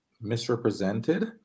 misrepresented